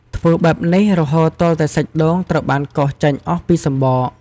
ធ្វើបែបនេះរហូតទាល់តែសាច់ដូងត្រូវបានកោសចេញអស់ពីសម្បក។